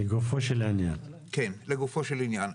לגופו של עניין, תראו,